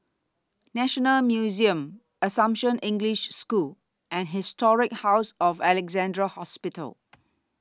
National Museum Assumption English School and Historic House of Alexandra Hospital